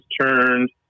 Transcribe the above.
turned